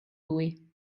lui